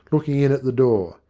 looking in at the door.